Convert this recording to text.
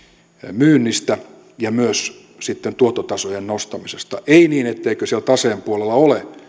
myynnistä ja myös sitten tuottotasojen nostamisesta ei niin etteikö siellä taseen puolella ole